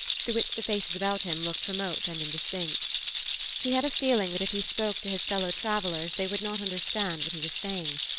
through which the faces about him looked remote and indistinct he had a feeling that if he spoke to his fellow-travellers they would not understand what he was saying.